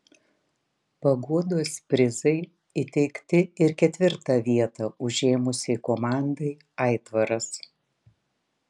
paguodos prizai įteikti ir ketvirtą vietą užėmusiai komandai aitvaras